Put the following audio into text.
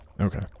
okay